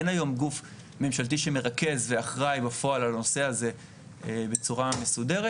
אין היום גוף ממשלתי שמרכז ואחראי בפועל על הנושא הזה בצורה מסודרת.